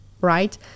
right